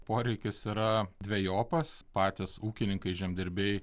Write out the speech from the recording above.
poreikis yra dvejopas patys ūkininkai žemdirbiai